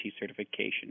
certification